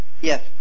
Yes